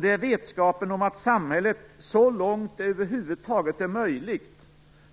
Det är vetskapen om att samhället, så långt det över huvud taget är möjligt,